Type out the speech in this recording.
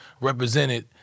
represented